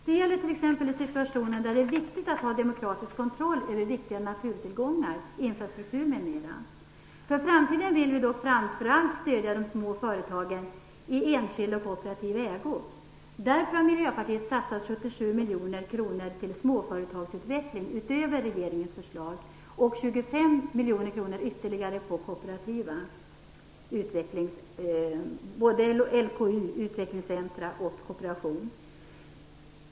Det gäller t.ex. situationer där det är viktigt att ha demokratisk kontroll över viktiga naturtillgångar, infrastruktur m.m. För framtiden vill vi framför allt stödja de små företagen i enskild och kooperativ ägo. Därför vill Miljöpartiet satsa 77 miljoner kronor mer än regeringen på småföretagsutveckling. Vi vill satsa 25 miljoner kronor ytterligare på utveckling av kooperativa företag. Det handlar både om LKU, utvecklingscentrum, och om kooperation.